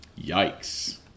Yikes